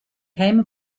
came